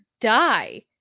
die